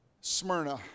Smyrna